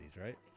right